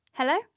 Hello